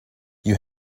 you